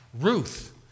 Ruth